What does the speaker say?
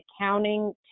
accounting